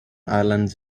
island